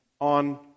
on